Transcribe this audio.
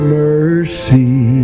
mercy